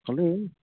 হ'লেও